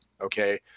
okay